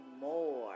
more